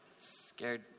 scared